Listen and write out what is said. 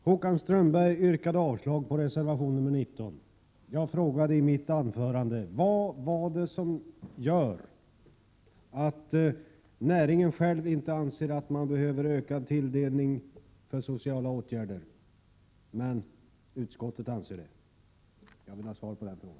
Herr talman! Håkan Strömberg yrkade avslag på reservation 19. Jag frågade i mitt anförande vad det är som gör att näringen själv inte anser att det behövs ökad tilldelning för sociala åtgärder men att utskottet anser det. Jag vill ha svar på den frågan.